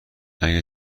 اگه